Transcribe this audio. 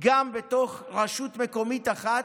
גם בתוך רשות מקומית אחת,